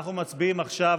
אנחנו מצביעים עכשיו